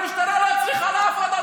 המשטרה לא צריכה לעבוד,